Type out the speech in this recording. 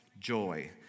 joy